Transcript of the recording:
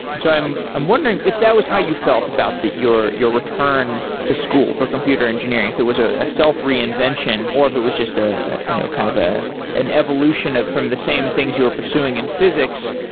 and so i'm i'm wondering if that was how you felt about your your return to school for computer engineering, if it was a ah self-reinvention, or if it was just ah you know kind of ah an evolution from the same things you were pursuing in physics.